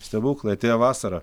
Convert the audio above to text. stebuklai atėjo vasara